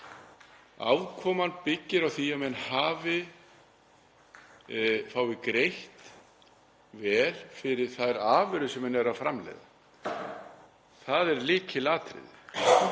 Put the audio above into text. Afkoman byggir á því að menn fái greitt vel fyrir þær afurðir sem þeir framleiða. Það er lykilatriði.